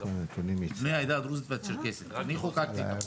אני חוקקתי.